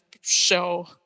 show